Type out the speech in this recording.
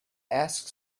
ask